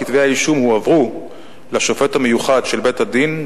כתבי האישום הועברו לשופט המיוחד של בית-הדין,